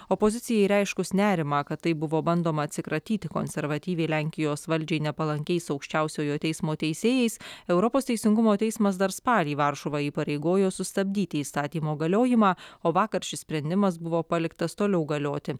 opozicijai reiškus nerimą kad taip buvo bandoma atsikratyti konservatyviai lenkijos valdžiai nepalankiais aukščiausiojo teismo teisėjais europos teisingumo teismas dar spalį varšuvą įpareigojo sustabdyti įstatymo galiojimą o vakar šis sprendimas buvo paliktas toliau galioti